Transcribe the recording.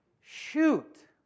Shoot